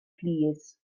plîs